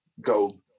go